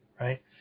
right